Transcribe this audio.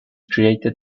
created